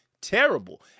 terrible